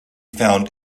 found